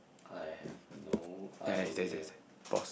I have no idea